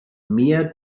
mehr